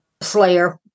Slayer